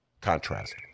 contrast